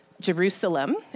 Jerusalem